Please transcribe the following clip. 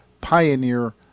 pioneer